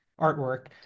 artwork